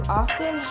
often